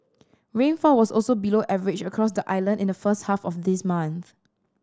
rainfall was also below average across the island in the first half of this month